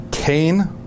Cain